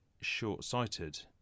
short-sighted